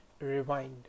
Rewind